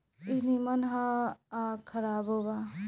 ई निमन ह आ खराबो बा